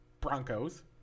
Broncos